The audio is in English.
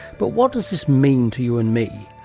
but what does this mean to you and me?